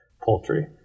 poultry